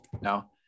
No